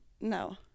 No